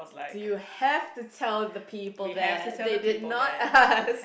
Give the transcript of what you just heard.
do you have to tell the people that they did not ask